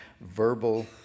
verbal